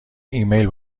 ایمیل